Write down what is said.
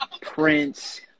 Prince